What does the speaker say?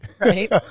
Right